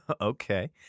okay